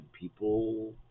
people